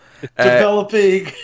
Developing